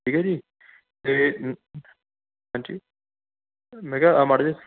ਠੀਕ ਹੈ ਜੀ ਅਤੇ ਹਾਂਜੀ ਮੈਂ ਕਿਹਾ ਆ ਮਾੜਾ ਜਿਹਾ